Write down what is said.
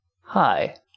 hi